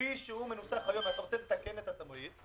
כפי שהוא מנוסח היום, אתה רוצה לתקן את התמריץ.